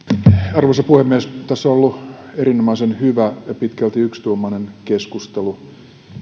arvoisa puhemies tässä on ollut erinomaisen hyvä ja pitkälti yksituumainen keskustelu